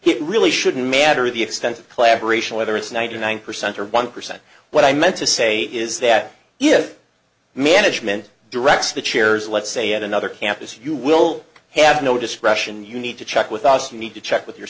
it really shouldn't matter the extent of collaboration whether it's ninety nine percent or one percent what i meant to say is that if management directs the chairs let's say at another campus you will have no discretion you need to check with us you need to check with your